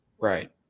Right